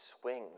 swings